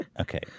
Okay